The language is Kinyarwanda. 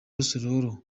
rusororo